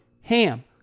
HAM